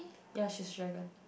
ya she's dragon